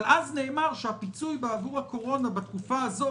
אבל אז נאמר שהפיצוי בעבור הקורונה בתקופה הזאת,